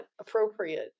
appropriate